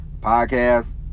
podcast